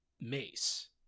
mace